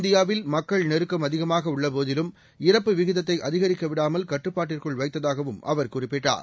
இந்தியாவில் மக்கள் நெருக்கம் அதிகமாகஉள்ளபோதிலும் இறப்பு விகிதத்தைஅதிகரிக்கவிடாமல் கட்டுப்பாட்டுக்குள் வைத்ததாகவும் அவர் குறிப்பிட்டார்